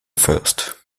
first